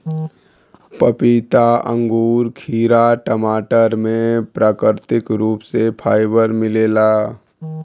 पपीता अंगूर खीरा टमाटर में प्राकृतिक रूप से फाइबर मिलेला